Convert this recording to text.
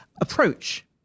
approach